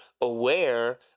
aware